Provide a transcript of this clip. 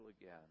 again